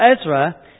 Ezra